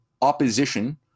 opposition